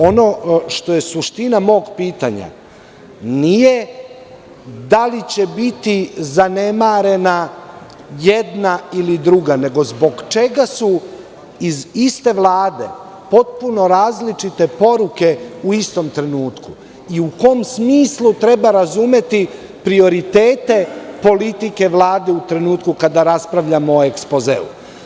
Ono što je suština mog pitanja nije da li će biti zanemarena jedna ili druga, nego zbog čega su iz iste Vlade potpuno različite poruke u istom trenutku i u kom smislu treba razumeti prioritete politike Vlade u trenutku kada raspravljamo o ekspozeu?